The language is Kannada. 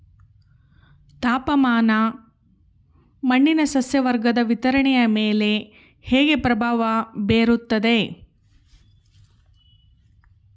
ತಾಪಮಾನ ಮಣ್ಣಿನ ಸಸ್ಯವರ್ಗದ ವಿತರಣೆಯ ಮೇಲೆ ಹೇಗೆ ಪ್ರಭಾವ ಬೇರುತ್ತದೆ?